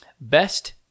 Best